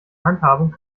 handhabung